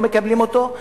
לא מקבלים אותו.